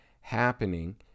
happening